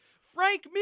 Frank